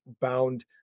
bound